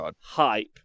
hype